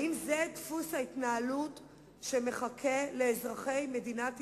האם זה דפוס ההתנהלות שמחכה לאזרחי מדינת ישראל,